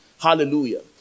Hallelujah